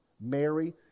Mary